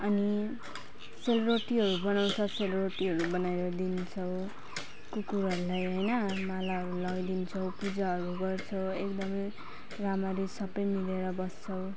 अनि सेलरोटीहरू बनाउँछ सेलरोटीहरू बनाएर दिन्छौँ कुकुरहरूलाई होइन मालाहरू लगाइदिन्छौँ पूजाहरू गर्छौँ एकदमै राम्ररी सबै मिलेर बस्छौँ